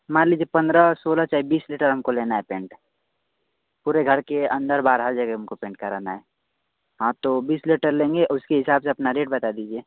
मान लिजिए पंद्रह सोलह चाहे बीस लीटर हमको लेना है पेंट पूरे घर के अंदर बाहर हर जागह हमको पेंट कराना है हाँ तो बीस लीटर लेंगे उसके हिसाब से अपना रेट बता दिजिए